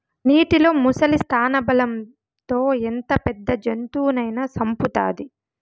నీటిలో ముసలి స్థానబలం తో ఎంత పెద్ద జంతువునైనా సంపుతాది